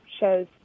shows